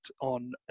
on